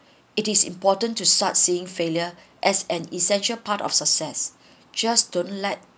it is important to start seeing failure as an essential part of success just don't let